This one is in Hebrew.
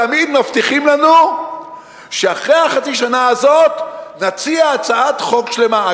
תמיד מבטיחים לנו שאחרי חצי השנה הזאת נציע הצעת חוק שלמה.